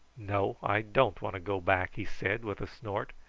no i don't want to go back, he said with a snort.